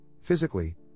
physically